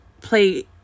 play